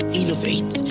innovate